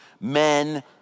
men